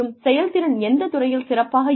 செயல்திறன் எந்த துறையில் சிறப்பாக இருக்கும்